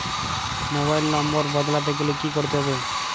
Mobile number বদলাতে গেলে কি করতে হবে?